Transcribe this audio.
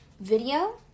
video